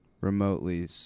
remotely